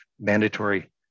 mandatory